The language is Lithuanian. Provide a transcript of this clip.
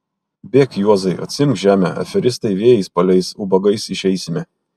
bėk juozai atsiimk žemę aferistai vėjais paleis ubagais išeisime